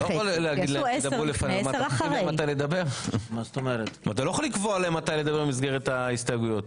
אתה לא יכול לקבוע להם מתי לדבר במסגרת ההסתייגויות.